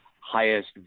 highest